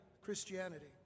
Christianity